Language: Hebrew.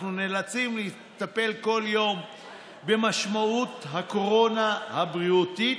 אנחנו נאלצים לטפל במשמעות הקורונה הבריאותית,